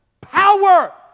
power